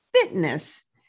fitness